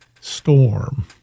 storm